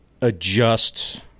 adjust